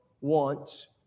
wants